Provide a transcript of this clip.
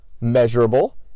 measurable